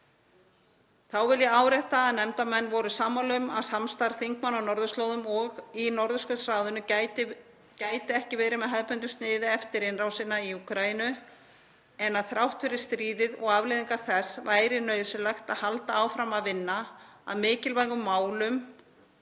Þá vil ég árétta að nefndarmenn voru sammála um að samstarf þingmanna á norðurslóðum og í Norðurskautsráðinu gæti ekki verið með hefðbundnu sniði eftir innrásina í Úkraínu en þrátt fyrir stríðið og afleiðingar þess væri nauðsynlegt að halda áfram að vinna að mikilvægum málefnum